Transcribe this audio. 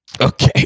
Okay